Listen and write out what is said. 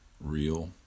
real